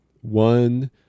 One